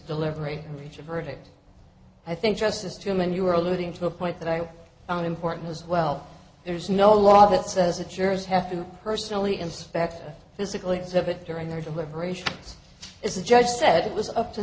deliberate and reach a verdict i think justice jim and you were alluding to a point that i own important as well there's no law that says a jurors have to personally inspect physical exhibit during their deliberation is the judge said it was up to